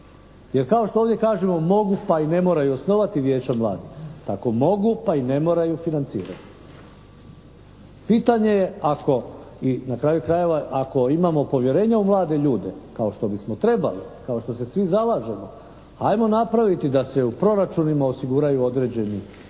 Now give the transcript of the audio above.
Jer kao što ovdje kažemo mogu pa i ne moraju osnovati vijeća mladih, tako mogu pa i ne moraju financirati. Pitanje je ako i na kraju krajeva ako imamo povjerenja u mlade ljude kao što bismo trebali, kao što se svi zalažemo, ajmo napraviti da se u proračunima osiguraju određeni